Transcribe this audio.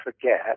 forget